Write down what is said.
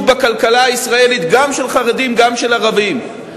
בכלכלה הישראלית גם של חרדים וגם של ערבים.